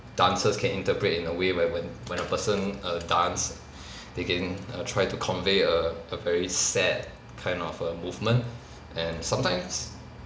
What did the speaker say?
dancers can interpret in a way where when when a person err dance they can err try to convey a a very sad kind of a movement and sometimes